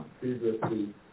Previously